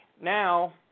now